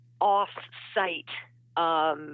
off-site